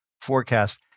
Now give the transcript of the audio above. forecast